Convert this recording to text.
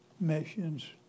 missions